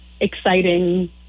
Exciting